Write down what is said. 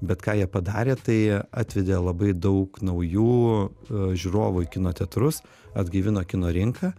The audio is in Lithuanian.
bet ką jie padarė tai atvedė labai daug naujų žiūrovų į kino teatrus atgaivino kino rinką